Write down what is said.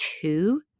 two